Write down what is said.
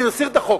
אני מסיר את החוק.